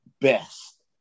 best